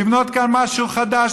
לבנות כאן משהו חדש,